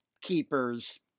keepers